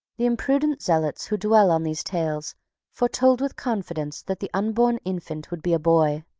the imprudent zealots who dwelt on these tales foretold with confidence that the unborn infant would be a boy,